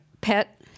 pet